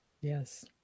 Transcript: Yes